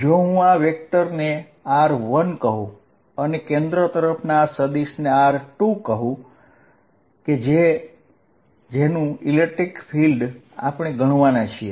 જો હું આ સદિશ ને r1 કહુ અને કેન્દ્ર તરફના આ સદિશને r2 કહું કે જેનું ઈલેક્ટ્રીક ફિલ્ડ આપણે ગણવાના છીએ